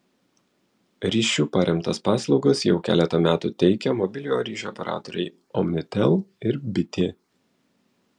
ryšiu paremtas paslaugas jau keletą metų teikia mobiliojo ryšio operatoriai omnitel ir bitė